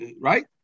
right